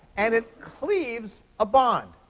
and it cleaves a bond.